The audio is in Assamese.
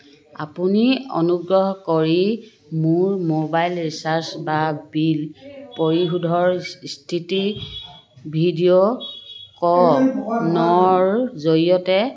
আপুনি অনুগ্ৰহ কৰি মোৰ মোবাইল ৰিচাৰ্জ বা বিল পৰিশোধৰ স্থিতি ভিডিঅ ক নৰ জৰিয়তে